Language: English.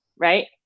right